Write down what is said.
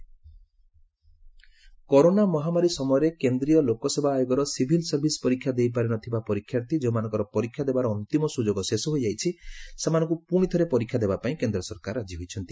UPSC aspirant corona ମହାମାରୀ ସମୟରେ କେନ୍ଦ୍ରୀୟ ଲୋକସେବା ଆୟୋଗର ସିଭିଲ ସର୍ଭିସ୍ ପରୀକ୍ଷା ଦେଇପାରିନଥିବା ପରୀକ୍ଷାର୍ଥୀ ଯେଉଁମାନଙ୍କର ପରୀକ୍ଷା ଦେବାର ଅନ୍ତିମ ସୁଯୋଗ ଶେଷ ହୋଇଯାଇଛି ସେମାନଙ୍କୁ ପୁଣିଥରେ ପରୀକ୍ଷା ଦେବାପାଇଁ କେନ୍ଦ୍ର ସରକାର ରାଜି ହୋଇଛନ୍ତି